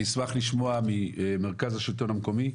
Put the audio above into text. אני אשמח לשמוע ממרכז השלטון המקומי,